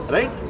Right